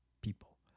people